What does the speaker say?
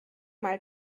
mal